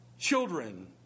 children